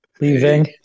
leaving